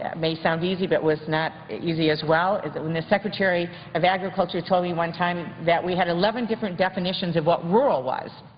ah may sound easy but was not easy as well is when the secretary of agriculture told me one time that we had eleven different definitions of what rural was.